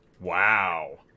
Wow